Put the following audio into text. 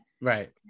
right